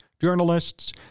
journalists